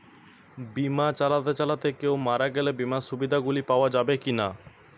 বিমা চালাতে চালাতে কেও মারা গেলে বিমার সুবিধা গুলি পাওয়া যাবে কি না?